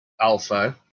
alpha